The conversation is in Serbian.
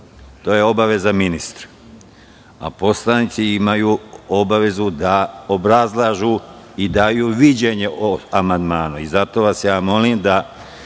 To je obaveza ministra. Poslanici imaju obavezu da obrazlažu i da daju viđenje o amandmanu. Zato vas molim da